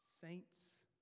saints